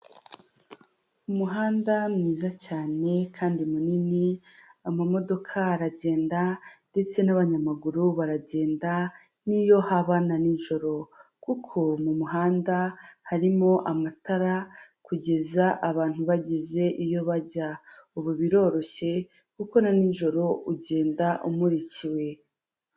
Umuhanda mwiza cyane kandi munini, amamodoka aragenda, ndetse n'abanyamaguru baragenda, n'iyo haba na nijoro. Kuko mu muhanda harimo amatara, kugeza abantu bageze iyo bajya. Ubu biroroshye, kuko na n'ijoro ugenda umurikiwe.